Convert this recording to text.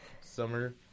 summer